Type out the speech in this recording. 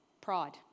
Pride